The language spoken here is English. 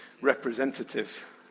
representative